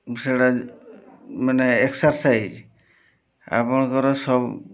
ସେଇଟା ମାନେ ଏକ୍ସର୍ସାଇଜ୍ ଆପଣଙ୍କର ସବୁ